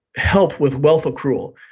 help with wealth accrual?